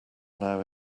now